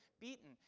beaten